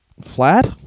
Flat